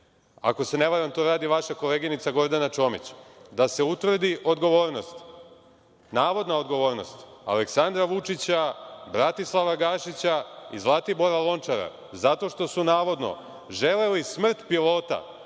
ako se ne varam to radi vaša koleginica Gordana Čomić, da se utvrdi odgovornost, navodna odgovornost Aleksandra Vučića, Bratislava Gašića i Zlatibora Lončara zato što su navodno želeli smrt pilota